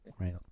right